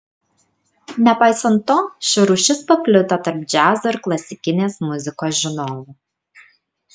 nepaisant to ši rūšis paplito tarp džiazo ir klasikinės muzikos žinovų